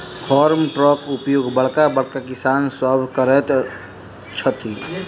farm ट्रकक उपयोग बड़का बड़का किसान सभ करैत छथि